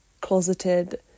closeted